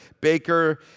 baker